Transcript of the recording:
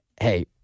hey